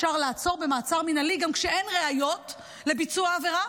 אפשר לעצור במעצר מינהלי גם כשאין ראיות לביצוע עבירה.